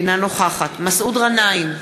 אינה נוכחת מסעוד גנאים,